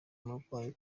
umurwayi